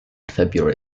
february